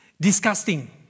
disgusting